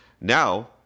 Now